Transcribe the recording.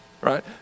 right